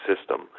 system